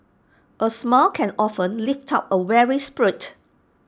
A smile can often lift up A weary spirit